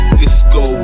disco